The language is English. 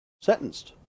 sentenced